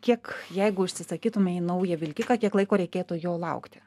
kiek jeigu užsisakytumei naują vilkiką kiek laiko reikėtų jo laukti